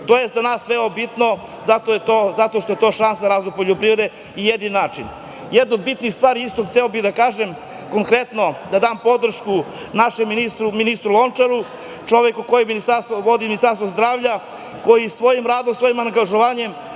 To je za nas veoma bitno zato što je to šansa za razvoj poljoprivrede i jedini način. Jedna od bitnih stvari istog hteo bih da kažem konkretno da dam podršku našem ministru Lončaru, čoveku koji vodi Ministarstvo zdravlja, koji svojim radom, svojim angažovanjem,